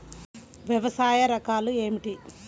వ్యవసాయ రకాలు ఏమిటి?